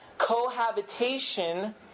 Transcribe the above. cohabitation